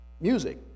music